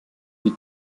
die